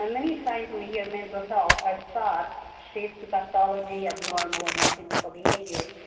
um many times when we hear mental health are thoughts shift pathology abnormal and not typical behavior.